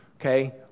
okay